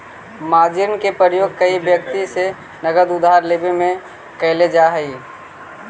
margin के प्रयोग कोई व्यक्ति से नगद उधार लेवे में कैल जा हई